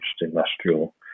industrial